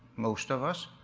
most of us,